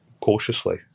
cautiously